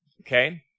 Okay